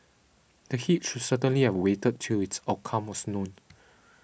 the should certainly have waited till its outcome was known